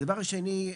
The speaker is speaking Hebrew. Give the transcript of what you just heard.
הדבר השני,